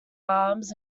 arms